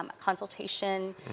consultation